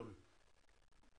שלומי.